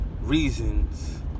reasons